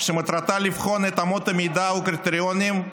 שמטרתה לבחון את אמות המידה והקריטריונים,